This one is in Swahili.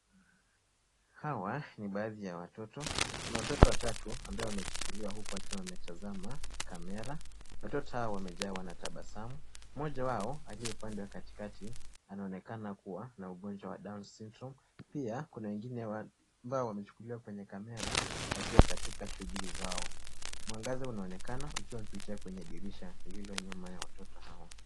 Hawa ni baadhi ya watoto. Kuna watoto watatu ambao wamechukuliwa huku wakiwa wanatazama kamera. Watoto hawa wamekaa na tabasamu. Mmoja aliye upande wa katikati anaonekana kuwa na ugonjwa wa down sydrome pia kuna wengine ambao wamechukuliwa kwenye kamera wakiwa katika shughuli zao. Mwanangaza unaonekana kwenye dirisha iliyo nyuma ya watoto hawa.